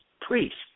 priests